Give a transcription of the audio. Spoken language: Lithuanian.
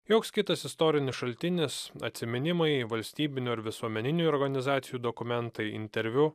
joks kitas istorinis šaltinis atsiminimai valstybinių ar visuomeninių organizacijų dokumentai interviu